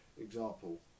Example